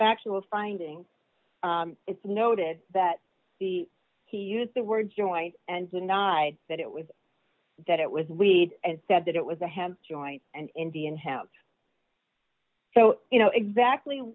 factual findings it's noted that the he used the word joint and denied that it was that it was weed and said that it was a hand joint and indian have so you know exactly